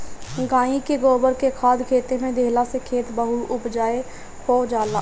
गाई के गोबर के खाद खेते में देहला से खेत बहुते उपजाऊ हो जाला